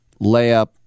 layup